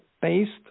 based